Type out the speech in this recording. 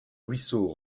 ruisseaux